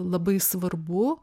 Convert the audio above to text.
labai svarbu